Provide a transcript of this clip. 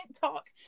talk